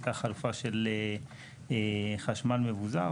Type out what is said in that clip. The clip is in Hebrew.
הייתה חלופה של חשמל מבוזר,